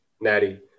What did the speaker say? Natty